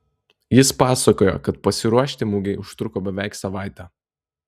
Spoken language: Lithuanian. jis pasakojo kad pasiruošti mugei užtruko beveik savaitę